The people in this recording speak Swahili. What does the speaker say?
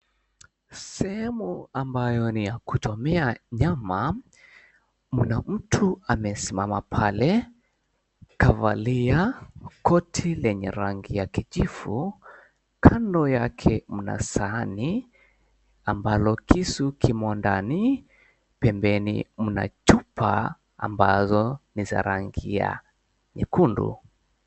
Sehemu ambayo ni ya kuchomea nyama mna mtu amesimama pale kavalia koti lenye rangi ya kijivu, kando yake mna sahani ambalo kisu kimo ndani pembeni mna chupa ambazo ni za rangi ya nyekundu.